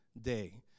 day